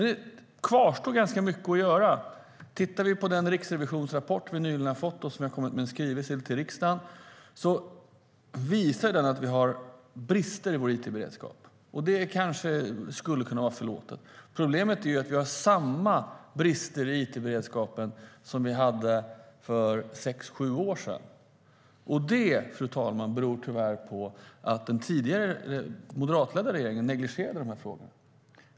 Det kvarstår dock ganska mycket att göra. Den Riksrevisionsrapport vi nyligen har fått och som vi har kommit med en skrivelse om till riksdagen visar att vi har brister i vår it-beredskap. Det kanske skulle kunna vara förlåtet, men problemet är att vi har samma brister i it-beredskapen som vi hade för sex sju år sedan. Det beror tyvärr på att den tidigare - moderatledda - regeringen negligerade de här frågorna, fru talman.